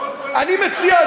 אני מציע,